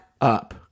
up